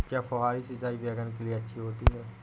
क्या फुहारी सिंचाई बैगन के लिए अच्छी होती है?